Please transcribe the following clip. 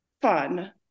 fun